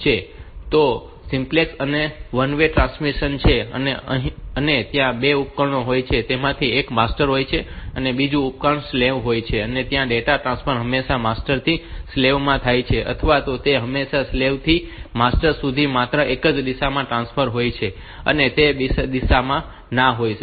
તો સિમ્પ્લેક્સ એ one way transmission છે અને ત્યાં બે ઉપકરણો હોય છે અને તેમાંથી એક માસ્ટર હોય છે બીજું એક ઉપકરણ સ્લેવ હોય છે અને ત્યાં ડેટા ટ્રાન્સફર હંમેશા માસ્ટર થી સ્લેવ માં થાય છે અથવા તે હંમેશા સ્લેવ થી માસ્ટર સુધી માત્ર એક જ દિશામાં ટ્રાન્સફર હોય છે અને તે બંને દિશામાં ન હોઈ શકે